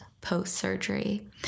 post-surgery